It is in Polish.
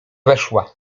weszła